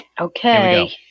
Okay